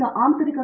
professor